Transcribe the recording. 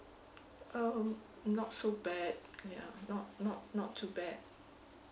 um not so bad ya not not not too bad